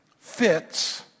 fits